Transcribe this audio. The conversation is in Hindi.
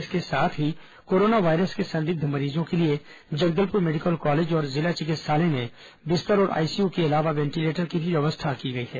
इसके साथ ही कोरोना वायरस के संदिग्ध मरीजों के लिए जगदलपुर मेडिकल कॉलेज और जिला चिकित्सालय में बिस्तर और आईसीयू के अलावा वेंटिलेटर की भी व्यवस्था की गई है